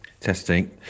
Testing